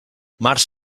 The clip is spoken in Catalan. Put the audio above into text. març